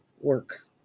work